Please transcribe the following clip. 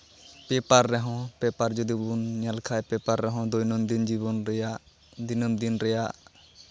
paper ᱨᱮᱦᱚᱸ ᱯᱮᱯᱟᱨ ᱡᱩᱫᱤᱵᱚᱱ ᱧᱮᱞ ᱠᱷᱟᱱ ᱯᱮᱯᱟᱨ ᱨᱮᱦᱚᱸ ᱫᱳᱭᱱᱚᱱᱫᱤᱱ ᱡᱤᱵᱚᱱ ᱨᱮᱭᱟᱜ ᱫᱤᱱᱟᱹᱢ ᱫᱤᱱ ᱨᱮᱭᱟᱜ